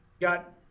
got